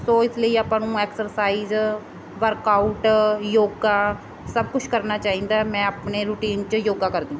ਸੋ ਇਸ ਲਈ ਆਪਾਂ ਨੂੰ ਐਕਸਰਸਾਈਜ਼ ਵਰਕ ਆਊਟ ਯੋਗਾ ਸਭ ਕੁਛ ਕਰਨਾ ਚਾਹੀਦਾ ਮੈਂ ਆਪਣੇ ਰੂਟੀਨ 'ਚ ਯੋਗਾ ਕਰਦੀ